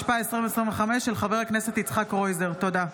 לא אושרה, ותוסר מסדר-היום.